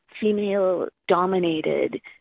female-dominated